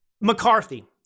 McCarthy